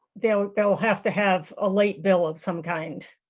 they'll they'll have to have a late bill of some kind.